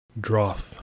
Droth